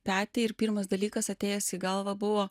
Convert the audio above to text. petį ir pirmas dalykas atėjęs į galvą buvo